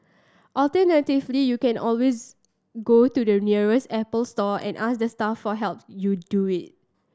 alternatively you can always go to your nearest Apple store and ask the staff for help you do it